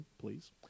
please